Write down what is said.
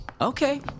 Okay